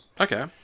Okay